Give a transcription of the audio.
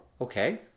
okay